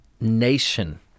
nation